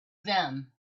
them